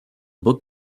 book